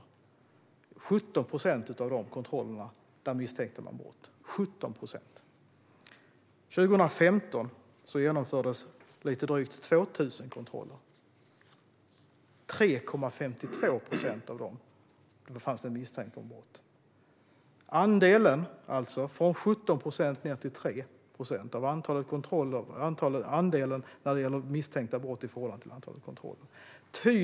I 17 procent av de kontrollerna misstänkte man brott. År 2015 genomfördes lite drygt 2 000 kontroller. I 3,52 procent av dem fanns det en misstanke om brott. Andelen minskade från 17 procent till 3 procent när det gäller misstänkta brott i förhållande till antalet kontroller.